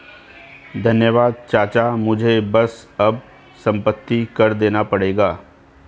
धन्यवाद चाचा मुझे बस अब संपत्ति कर देना पड़ेगा